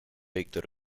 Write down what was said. victor